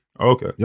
Okay